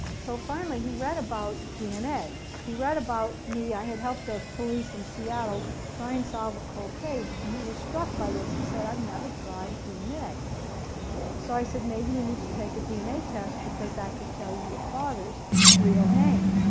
so finally he read about dna he read about me. i had helped the police in and seattle try and solve a cold case and he was struck by this. he said i've never tried dna so i said maybe you need to take a dna test because that could tell you your father's real name